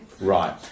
Right